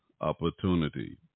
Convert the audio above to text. opportunity